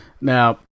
now